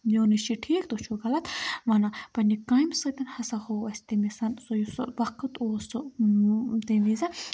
میونُے چھِ ٹھیٖک تُہۍ چھُو غلط وَنان پَننہِ کامہِ سۭتۍ ہَسا ہوٚو اَسہِ تٔمِس سُہ یُس سُہ وقت اوس سُہ تمہِ وِزِ